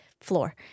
floor